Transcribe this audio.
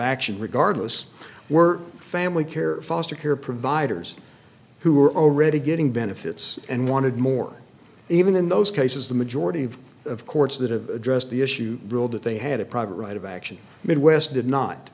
action regardless were family care or foster care providers who were already getting benefits and wanted more even in those cases the majority of courts that have addressed the issue ruled that they had a private right of action midwest did not